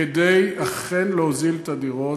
כדי אכן להוזיל את הדירות.